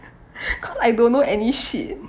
cause I don't know any shit